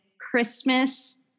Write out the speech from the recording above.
Christmas